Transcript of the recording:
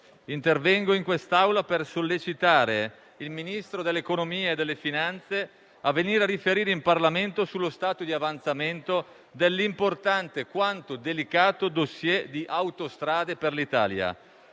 intervengo in quest'Aula per sollecitare il Ministro dell'economia e delle finanze a venire a riferire in Parlamento sullo stato di avanzamento dell'importante, quanto delicato, *dossier* di Autostrade per l'Italia.